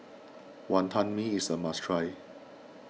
Wonton Mee is a must try